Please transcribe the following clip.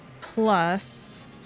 plus